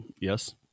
Yes